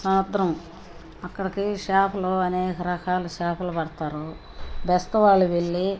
సముద్రం అక్కడికి చేపలు అనేక రకాల చేపలు పడతారు బెస్త వాళ్ళు వెళ్ళి